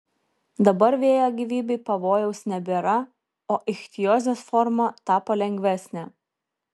dabar vėjo gyvybei pavojaus nebėra o ichtiozės forma tapo lengvesnė